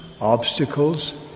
obstacles